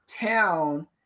town